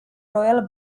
royal